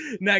next